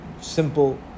simple